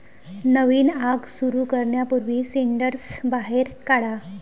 नवीन आग सुरू करण्यापूर्वी सिंडर्स बाहेर काढा